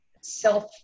self